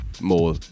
more